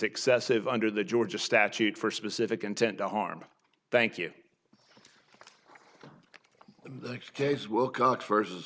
excessive under the georgia statute for specific intent to harm thank you the case wilcox versus